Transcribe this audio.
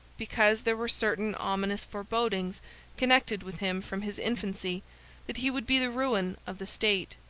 because there were certain ominous forebodings connected with him from his infancy that he would be the ruin of the state.